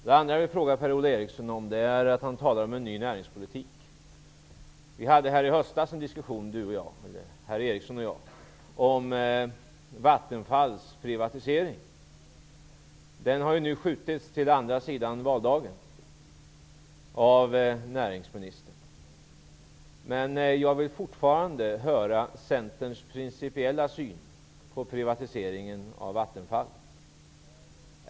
Herr Eriksson och jag hade en diskussion i höstas om Vattenfalls privatisering. Den frågan har nu skjutits fram till andra sidan valdagen av näringsministern. Jag vill fortfarande höra Vattenfall.